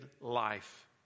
life